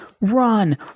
Run